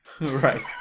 Right